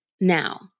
now